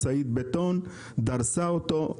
משאית בטון דרסה אותו,